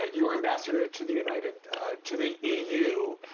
ah your ambassador to the united to the eu,